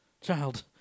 child